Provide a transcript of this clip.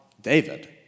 David